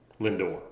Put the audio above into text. Lindor